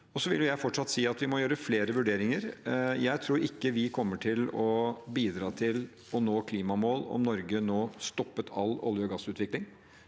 Jeg vil fortsatt si at vi må gjøre flere vurderinger. Jeg tror ikke vi kommer til å bidra til å nå klimamål dersom Norge nå stopper all olje- og gassutvikling,